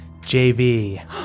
JV